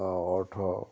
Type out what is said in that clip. অ' অৰ্থ